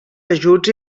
ajuts